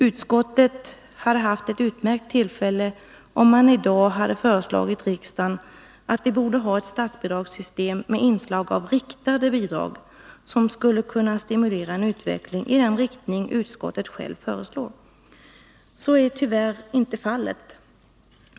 Utskottet hade haft ett utmärkt tillfälle om man i dag hade föreslagit riksdagen att vi borde ha ett statsbidragssystem med inslag av riktade bidrag, som skulle kunna stimulera en utveckling i den riktning utskottet självt föreslår. Så är tyvärr icke fallet.